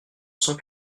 cent